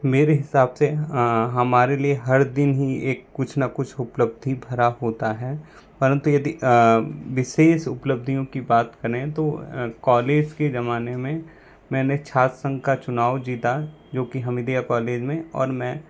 मेरे हिसाब से हमारे लिए हर दिन ही एक कुछ ना कुछ उपलब्धि भरा होता हैं परंतु यदि विशेष उपलब्धियों की बात करें तो कॉलेज के जमाने में मैंने छात्र संघ का चुनाव जीता जो कि हमीदिया कॉलेज में और मैं